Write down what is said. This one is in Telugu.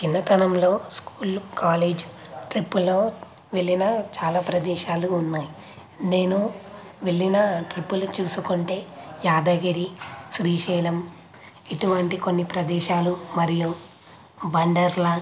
చిన్నతనంలో స్కూల్లో కాలేజ్ ట్రిప్పుల్లో వెళ్లిన చాలా ప్రదేశాలు ఉన్నాయి నేను వెళ్లిన ట్రిప్పులు చూసుకుంటే యాదగిరి శ్రీశైలం ఇటువంటి కొన్ని ప్రదేశాలు మరియు వండర్లా